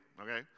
okay